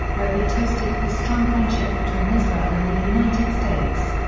where they toasted the strong friendship between israel and the united states.